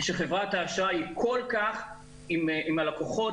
שחברת האשראי היא כל כך עם הלקוחות